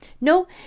No